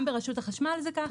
גם ברשות החשמל זה כך,